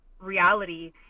reality